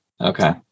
Okay